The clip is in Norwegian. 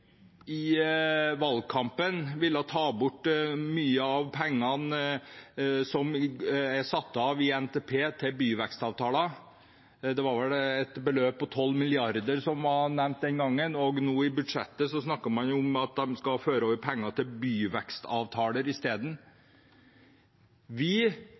valgkampen ville ta bort mye av pengene som er satt av i NTP til byvekstavtaler. Det var vel et beløp på 12 mrd. kr som var nevnt den gangen, og nå, i budsjettet, snakker man om at de skal føre over penger til bygdevekstavtaler i stedet. Vi